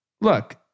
look